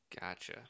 Gotcha